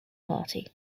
party